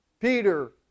Peter